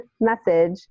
message